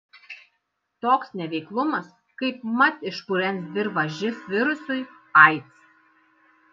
toks neveiklumas kaipmat išpurens dirvą živ virusui aids